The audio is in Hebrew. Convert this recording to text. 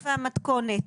והמתכונת.